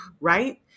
right